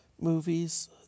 movies